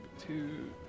Two